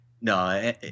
no